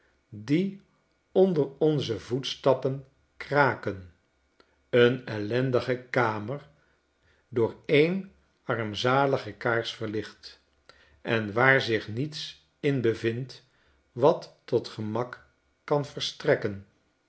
die onder onze voetstappn kraken een ellendige kamer door een armzalige kaars verlicht en waar zich niets in bevindt wat tot gemak kan verstrekken